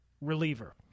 reliever